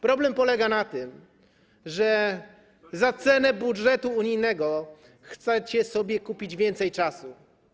Problem polega na tym, że za cenę budżetu unijnego chcecie sobie kupić więcej czasu.